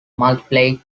multiplayer